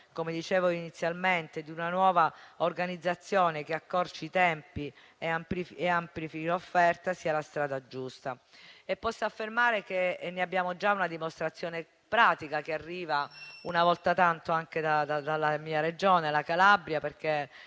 come dicevo inizialmente, e di una nuova organizzazione che accorci i tempi e amplifichi l'offerta sia la strada giusta. Posso affermare che abbiamo già una dimostrazione pratica che arriva, una volta tanto, anche dalla mia Regione, la Calabria.